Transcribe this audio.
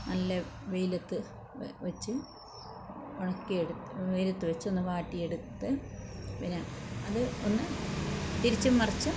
നല്ല വെയിലത്ത് വെച്ചു ഉണക്കിയെടുത്ത് വെയിലത്ത് വെച്ച് ഒന്ന് വാട്ടിയെടുത്ത് പിന്നെ അത് ഒന്ന് തിരിച്ചും മറിച്ചും